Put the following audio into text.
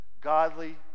godly